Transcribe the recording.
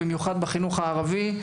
במיוחד בחינוך הערבי.